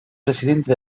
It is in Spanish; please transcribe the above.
presidente